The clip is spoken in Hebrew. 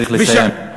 צריך לסיים.